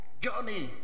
Johnny